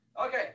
Okay